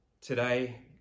today